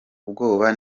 ubwoba